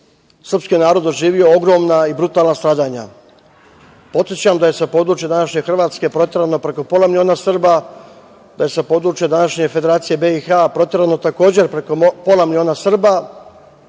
srpski narod doživeo ogromna i brutalna stradanja. Podsećam da je sa područja današnje Hrvatske proterano preko pola miliona Srba, da je sa područja današnje Federacije BiH proterano takođe preko pola miliona Srba,